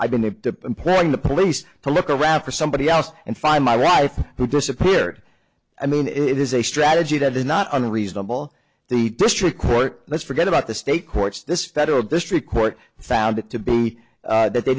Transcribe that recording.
i've been playing the police to look around for somebody else and find my wife who disappeared i mean it is a strategy that is not unreasonable the district court let's forget about the state courts this federal district court found it to be that they